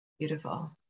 Beautiful